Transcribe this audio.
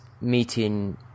Meeting